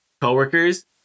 coworkers